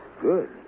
good